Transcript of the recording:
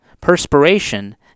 perspiration